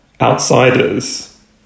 outsiders